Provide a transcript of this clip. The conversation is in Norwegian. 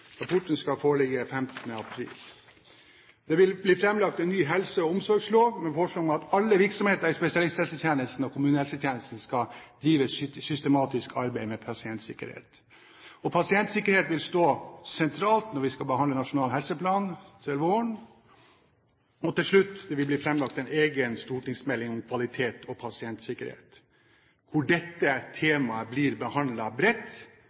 Rapporten skal foreligge 15. april. Det vil bli framlagt en ny helse- og omsorgslov med forslag om at alle virksomheter i spesialisthelsetjenesten og kommunehelsetjenesten skal drive systematisk arbeid med pasientsikkerhet. Pasientsikkerhet vil stå sentralt når vi skal behandle Nasjonal helseplan til våren, og, til slutt, det vil bli framlagt en egen stortingsmelding om kvalitet og pasientsikkerhet, hvor dette temaet blir behandlet bredt,